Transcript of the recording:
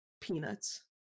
peanuts